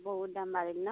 বহুত দাম বাঢ়িল ন